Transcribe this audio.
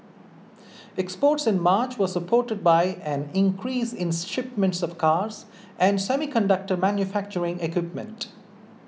exports in March was supported by an increase in shipments of cars and semiconductor manufacturing equipment